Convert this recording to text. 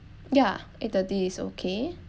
ya eight thirty is okay